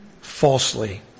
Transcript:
falsely